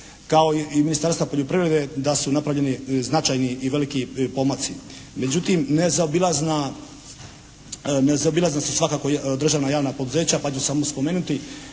kao i Ministarstva poljoprivrede da su napravljeni značajni i veliki pomaci. Međutim nezaobilazna, nezaobilazna su svakako državna javna poduzeća pa ću samo spomenuti